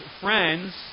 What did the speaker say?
friends